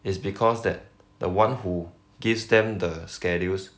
is because that the one who gives them the schedules